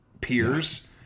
peers